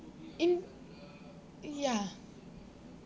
in~ ya